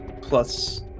plus